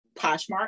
Poshmark